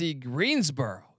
Greensboro